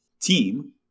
team